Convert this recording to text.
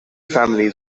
families